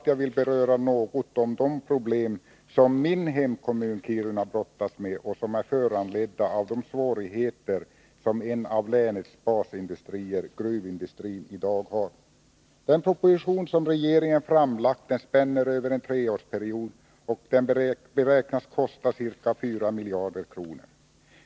Jag vill också säga något om de problem som min hemkommun Kiruna brottas med och som beror på de svårigheter som en av länets basindustrier, gruvindustrin, i dag har. Den proposition som regeringen framlagt spänner över en treårsperiod, och förslaget beräknas kosta ca 4 miljarder kronor.